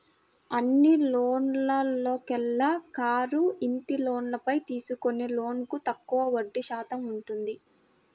అన్ని లోన్లలోకెల్లా కారు, ఇంటి లోన్లపై తీసుకునే లోన్లకు తక్కువగా వడ్డీ శాతం ఉంటుంది